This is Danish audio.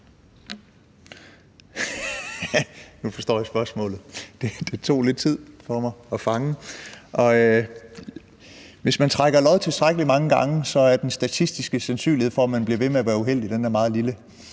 Nu forstår jeg spørgsmålet – det tog lidt tid for mig at fange den. Hvis man trækker lod tilstrækkelig mange gange, er den statistiske sandsynlighed for, at man bliver ved med at være uheldig, meget lille.